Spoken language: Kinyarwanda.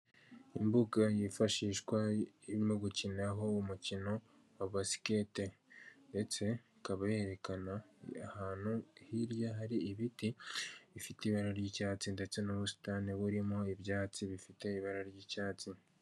Umuntu uhagaze imbere y'imbaga y'abantu benshi, wambaye imyenda y'umukara. ufite indangururamajwi y'umukara, inyuma ye hakaba hari ikigega cy'umukara kijyamo amazi aturutse k'umureko w'inzu. N'inzu yubatse n'amatafari ahiye.